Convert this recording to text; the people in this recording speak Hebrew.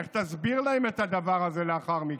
איך תסביר להם את הדבר הזה לאחר מכן?